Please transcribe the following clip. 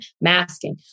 masking